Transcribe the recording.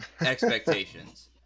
expectations